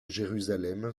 jérusalem